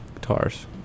guitars